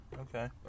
Okay